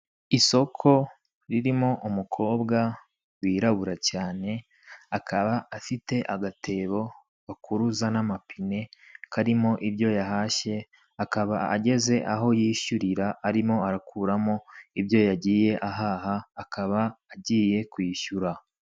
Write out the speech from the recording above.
Isoko ririmo umukobwa wirabura cyane; akaba afite agatebo bakuruza n'amapine karimo ibyo yahashye; akaba ageze aho yishyurira arimo arakuramo ibyo yagiye ahaha; akaba agiye kwishyura.